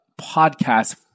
podcast